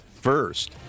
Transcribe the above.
first